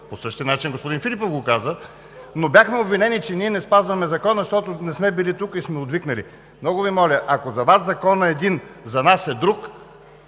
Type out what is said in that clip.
По същия начин господин Попов го каза, но бяхме обвинени, че ние не спазваме закона, защото не сме били тук и сме отвикнали. Много Ви моля, ако за Вас Законът е един, за нас е друг,